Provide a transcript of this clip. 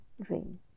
Dream